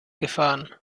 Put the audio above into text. gefahren